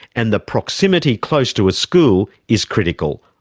and the proximity close to a school is critical.